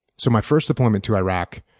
so my first deployment to iraq